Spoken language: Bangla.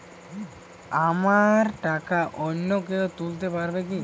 আমার টাকা অন্য কেউ তুলতে পারবে কি?